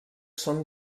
són